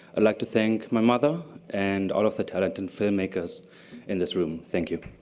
i'd like to thank my mother and all of the talented filmmakers in this room. thank you.